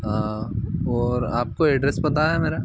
हाँ और आपको एड्रैस पता है मेरा